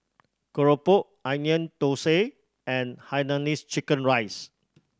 keropok Onion Thosai and Hainanese chicken rice